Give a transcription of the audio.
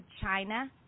China